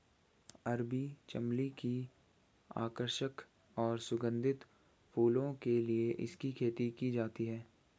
अरबी चमली की आकर्षक और सुगंधित फूलों के लिए इसकी खेती की जाती है